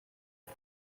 may